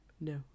No